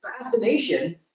fascination